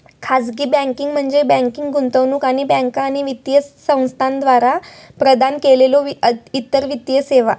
खाजगी बँकिंग म्हणजे बँकिंग, गुंतवणूक आणि बँका आणि वित्तीय संस्थांद्वारा प्रदान केलेल्यो इतर वित्तीय सेवा